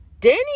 Danny